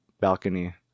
balcony